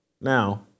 Now